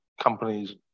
companies